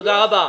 תודה רבה.